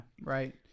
right